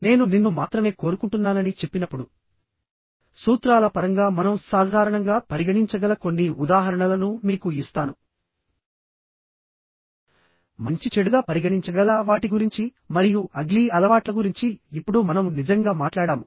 నేను నిన్ను మాత్రమే కోరుకుంటున్నానని చెప్పినప్పుడు సూత్రాల పరంగా మనం సాధారణంగా పరిగణించగల కొన్ని ఉదాహరణలను మీకు ఇస్తాను మంచి చెడుగా పరిగణించగల వాటి గురించి మరియు అగ్లీ అలవాట్ల గురించి ఇప్పుడు మనం నిజంగా మాట్లాడాము